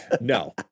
no